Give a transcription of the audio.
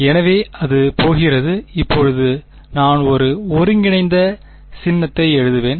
எனவே அது போகிறது இப்போது நான் ஒரு ஒருங்கிணைந்த சின்னத்தை எழுதுவேன்